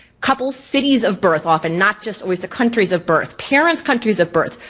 couple's cities of birth. often not just always the countries of birth. parents' countries of birth,